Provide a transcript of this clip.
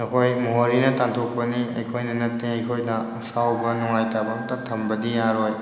ꯅꯈꯣꯏ ꯃꯣꯍꯣꯔꯤꯅ ꯇꯥꯟꯊꯣꯛꯄꯅꯤ ꯑꯩꯈꯣꯏꯅ ꯅꯠꯇꯦ ꯑꯩꯈꯣꯏꯗ ꯑꯁꯥꯎꯕ ꯅꯨꯡꯉꯥꯏꯇꯕ ꯑꯝꯇ ꯊꯝꯕꯗꯤ ꯌꯥꯔꯣꯏ